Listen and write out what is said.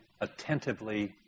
attentively